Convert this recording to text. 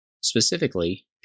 Specifically